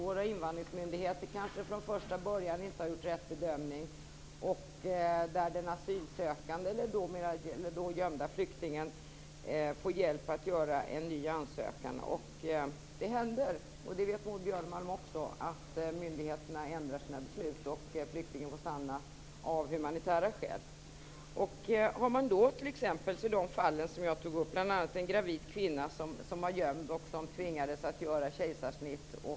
Våra invandringsmyndigheter kanske från första början inte har gjort rätt bedömning, och den asylsökande, eller den gömda flyktingen, får då hjälp att göra en ny ansökan. Och det händer, det vet Maud Björnemalm också, att myndigheterna ändrar sina beslut och flyktingen får stanna av humanitära skäl. Ett av de fall jag tog upp var en gravid kvinna som var gömd och tvingades göra kejsarsnitt.